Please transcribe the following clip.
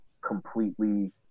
completely